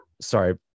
Sorry